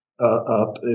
Up